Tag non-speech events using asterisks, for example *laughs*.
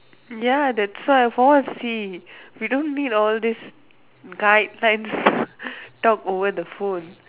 ya that's why for what see we don't need all these guidelines *laughs* talk over the phone